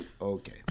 Okay